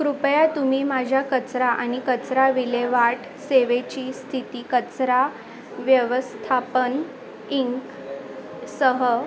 कृपया तुम्ही माझ्या कचरा आणि कचरा विल्हेवाट सेवेची स्थिती कचरा व्यवस्थापन इंकसह